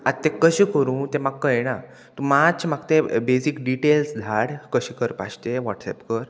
आत तें कशें करूं तें म्हाक् कळना तूं मात्शें म्हाका तें बेजीक डिटेल्स धाड कशें करपाचें तें वॉट्सॅप कर